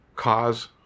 cause